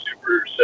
super